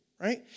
right